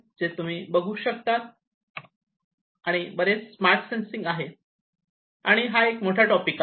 जे तुम्ही बघू शकता आणखी बरेच स्मार्ट सेन्सिंग आहे आणि हा एक मोठा टॉपिक आहे